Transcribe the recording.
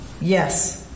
Yes